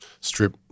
strip